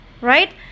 Right